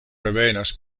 revenas